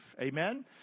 Amen